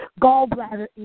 gallbladder